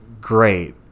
great